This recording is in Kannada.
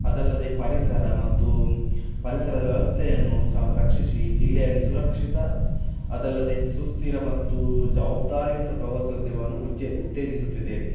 ಅದಲ್ಲದೆ ಪರಿಸರ ಮತ್ತು ಪರಿಸರದ ವ್ಯವಸ್ಥೆಯನ್ನು ಸ ರಕ್ಷಿಸಿ ಜಿಲ್ಲೆಯಲ್ಲಿ ಸುರಕ್ಷಿತ ಅದಲ್ಲದೆ ಸುಸ್ಥಿರ ಮತ್ತು ಜವಾಬ್ದಾರಿಯುತ ಪ್ರವಾಸೋದ್ಯಮವನ್ನು ಉಚ್ಚೇ ಉತ್ತೇಜಿಸುತ್ತಿದೆ